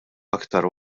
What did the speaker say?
aktar